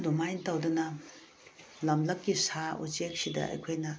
ꯑꯗꯨꯃꯥꯏꯅ ꯇꯧꯗꯅ ꯂꯝꯂꯛꯀꯤ ꯁꯥ ꯎꯆꯦꯛꯁꯤꯗ ꯑꯩꯈꯣꯏꯅ